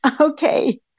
Okay